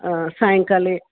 सायङ्काले